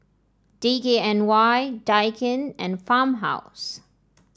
D K N Y Daikin and Farmhouse